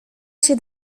się